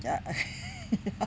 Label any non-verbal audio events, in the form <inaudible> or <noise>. ya <laughs>